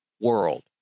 world